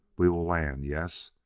we will land, yess,